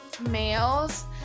males